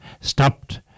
stopped